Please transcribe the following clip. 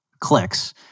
clicks